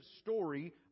story